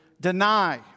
deny